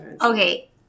Okay